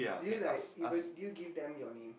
do you like even do you give them your name